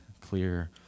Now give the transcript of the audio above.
clear